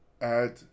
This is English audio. add